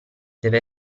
deve